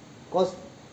cause